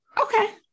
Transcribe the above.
Okay